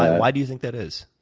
um why do you think that is?